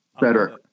better